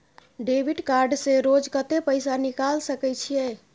Debit card से रोज कत्ते पैसा निकाल सके छिये?